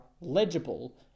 legible